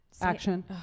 action